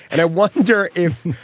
and i wonder if.